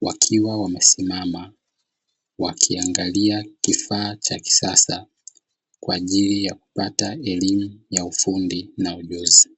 wakiwa wamesimama wakiangalia kifaa cha kisasa kwa ajili ya kupata elimu ya ufundi na ujuzi.